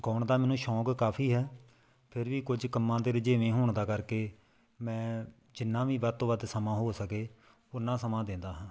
ਗਾਉਣ ਦਾ ਮੈਨੂੰ ਸ਼ੌਂਕ ਕਾਫੀ ਹੈ ਫਿਰ ਵੀ ਕੁਝ ਕੰਮਾਂ ਦੇ ਰੁਝੇਵੇਂ ਹੋਣ ਦਾ ਕਰਕੇ ਮੈਂ ਜਿੰਨਾਂ ਵੀ ਵੱਧ ਤੋਂ ਵੱਧ ਸਮਾਂ ਹੋ ਸਕੇ ਉਨਾਂ ਸਮਾਂ ਦਿੰਦਾ ਹਾਂ